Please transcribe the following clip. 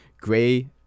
Gray